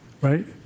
Right